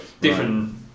different